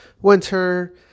winter